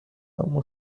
اون